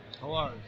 hello